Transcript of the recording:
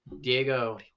Diego